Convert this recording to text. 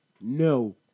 No